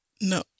No